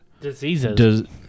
Diseases